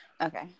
Okay